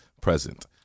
present